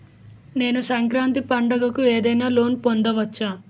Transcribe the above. నేను సంక్రాంతి పండగ కు ఏదైనా లోన్ పొందవచ్చా?